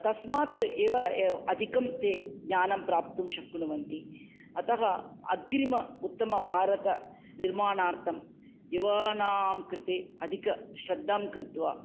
तस्मात् एव ए अधिकं ते ज्ञानं प्राप्तुं शक्नुवन्ति अतः अग्रिमः उत्तमभारतनिर्माणार्थं युवानां कृते अधिकां श्रद्धां कृत्वा